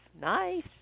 Nice